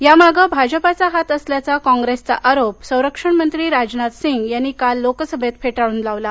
यामागे भाजपाचा हात असल्याचा काँप्रेसचा आरोप संरक्षण मंत्री राजनाथ सिंग यांनी काल लोकसभेत फेटाळून लावला